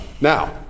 Now